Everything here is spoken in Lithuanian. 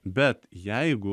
bet jeigu